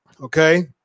okay